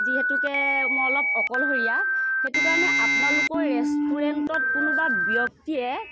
যিহেতুকে মই অলপ অকলশৰীয়া সেইটো কাৰণে আপোনালোকৰ ৰেষ্টুৰেণ্টত কোনোবা ব্যক্তিয়ে